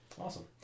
awesome